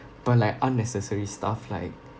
but like unnecessary stuff like